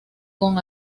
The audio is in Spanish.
con